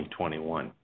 2021